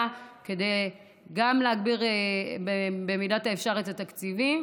כדי גם להגביר במידת האפשר את התקציבים,